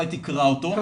אולי תקרא אותו.